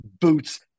boots